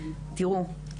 תראו,